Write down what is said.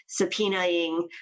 subpoenaing